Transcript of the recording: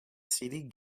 city